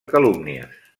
calúmnies